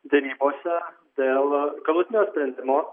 derybose dėl galutinio sprendimo